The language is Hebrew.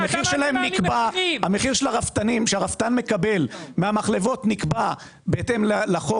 המחיר שהרפתן מקבל מהמחלבות נקבע בהתאם לחוק